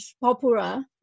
popular